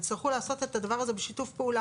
הם יצטרכו לעשות את הדבר הזה בשיתוף פעולה.